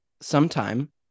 sometime